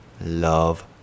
love